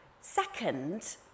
Second